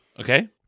Okay